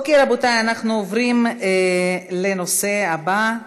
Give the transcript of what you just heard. רבותי, אנחנו עוברים לנושא הבא: